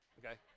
okay